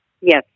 Yes